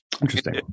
Interesting